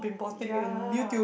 ya